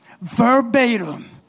Verbatim